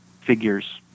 figure's